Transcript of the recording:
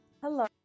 Hello